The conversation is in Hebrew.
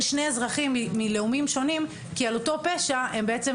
שני אזרחים מלאומים שונים כי על אותו פשע הם בעצם